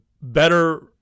better